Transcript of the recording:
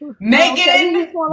Megan